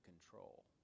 control